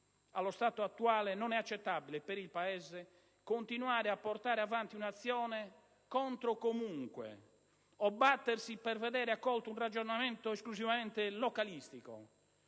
allo stato attuale, non è accettabile per il Paese continuare a portare avanti un'azione contro, comunque, o battersi per vedere accolto un ragionamento esclusivamente localistico.